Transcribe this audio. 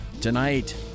Tonight